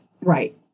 Right